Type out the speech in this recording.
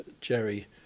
Jerry